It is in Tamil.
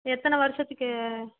எத்தனை வருஷத்துக்கு